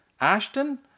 Ashton